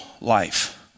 life